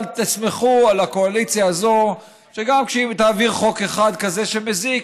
אבל תסמכו על הקואליציה הזו שגם כשהיא תעביר חוק אחד כזה שמזיק,